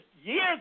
years